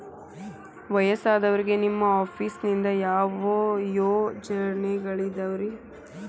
ವಯಸ್ಸಾದವರಿಗೆ ನಿಮ್ಮ ಆಫೇಸ್ ನಿಂದ ಯಾವ ಯೋಜನೆಗಳಿದಾವ್ರಿ?